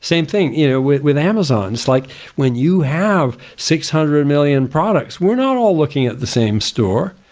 the same thing you know with with and like when you have six hundred million products, we are not all looking at the same store.